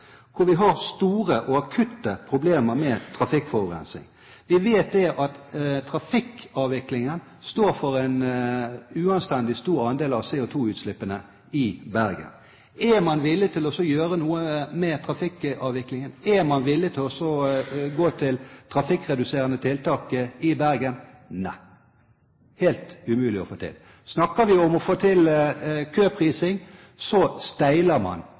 hvor vi har store og akutte problemer med trafikkforurensning. Vi vet at trafikkavviklingen står for en uanstendig stor andel av CO2-utslippene i Bergen. Er man villig til å gjøre noe med trafikkavviklingen? Er man villig til å gå til trafikkreduserende tiltak i Bergen? Nei, det er helt umulig å få til. Snakker vi om å få til køprising, steiler man